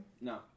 No